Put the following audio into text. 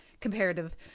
comparative